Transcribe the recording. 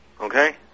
Okay